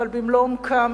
אבל במלוא עומקם,